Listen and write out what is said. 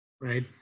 right